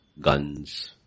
guns